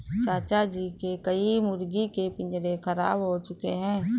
चाचा जी के कई मुर्गी के पिंजरे खराब हो चुके हैं